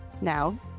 Now